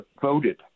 voted